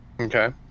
Okay